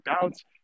bounce